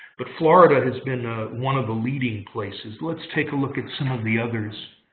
but florida has been one of the leading places. let's take a look at some of the others.